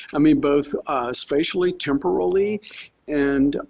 i mean, both spatially temporarily and